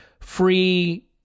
free